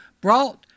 brought